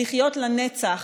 לחיות לנצח